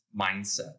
mindset